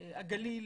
הגליל,